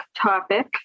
topic